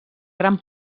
gran